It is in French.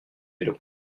vélo